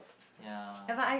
ya